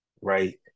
right